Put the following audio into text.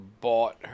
bought